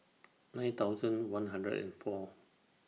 nine thousand one hundred and four